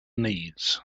needs